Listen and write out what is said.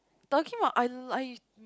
talking about I l~ I